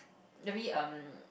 very um